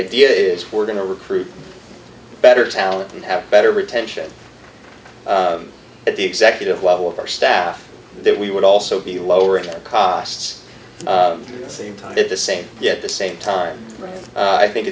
idea is we're going to recruit better talent and have better retention at the executive level of our staff then we would also be lowering costs the same time at the same yet the same time i think